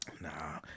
Nah